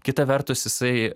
kita vertus jisai